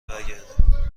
برگردیم